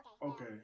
Okay